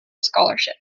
scholarship